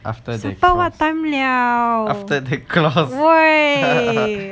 supper what time liao wei